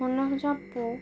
हुन जा पोइ